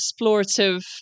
explorative